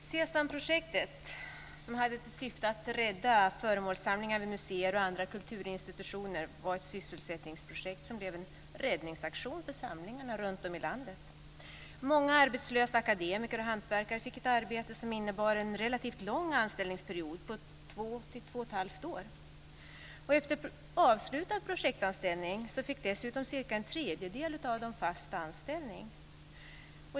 Herr talman! SESAM-projektet, som hade till syfte att rädda föremålssamlingar vid museer och andra kulturinstitutioner, var ett sysselsättningsprojekt som blev en räddningsaktion för samlingarna runtom i landet. Många arbetslösa akademiker och hantverkare fick ett arbete, som innebar en relativt lång anställningsperiod på två till två och ett halvt år. Efter avslutad projektanställning fick dessutom cirka en tredjedel av dem fast anställning.